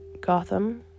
gotham